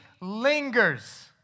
lingers